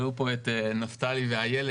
יהיה מישהו שרוצה להקל ולא להקשות.